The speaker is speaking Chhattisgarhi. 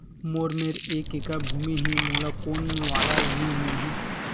मोर मेर एक एकड़ भुमि हे मोला कोन वाला ऋण मिलही?